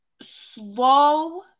slow